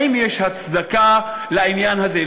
אם יש הצדקה לעניין הזה,